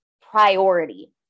priority